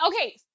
okay